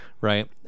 right